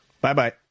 Bye-bye